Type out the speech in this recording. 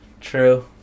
True